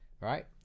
right